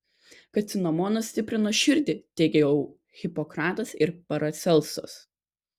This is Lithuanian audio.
kad cinamonas stiprina širdį teigė jau hipokratas ir paracelsas